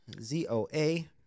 Z-O-A